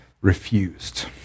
refused